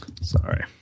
Sorry